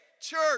church